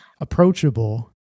approachable